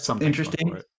interesting